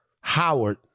howard